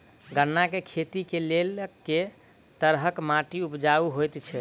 गन्ना केँ खेती केँ लेल केँ तरहक माटि उपजाउ होइ छै?